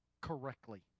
correctly